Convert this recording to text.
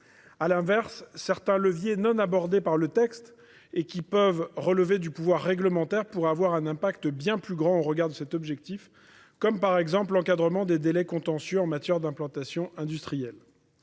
À l'inverse, certains leviers restés à l'écart de ce texte, et qui semblent plutôt relever du pouvoir réglementaire, pourraient avoir un impact bien plus grand au regard de cet objectif ; je pense par exemple à l'encadrement des délais contentieux en matière d'implantations industrielles.